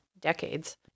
decades